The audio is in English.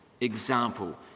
example